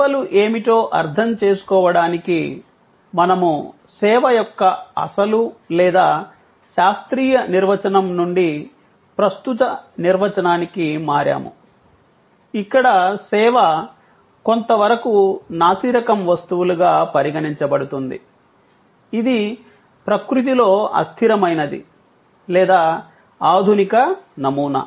సేవలు ఏమిటో అర్థం చేసుకోవడానికి మనము సేవ యొక్క అసలు లేదా శాస్త్రీయ నిర్వచనం నుండి ప్రస్తుత నిర్వచనంకి మారాము ఇక్కడ సేవ కొంతవరకు నాసిరకం వస్తువులుగా పరిగణించబడుతుంది ఇది ప్రకృతిలో అస్థిరమైనది లేదా ఆధునిక నమూనా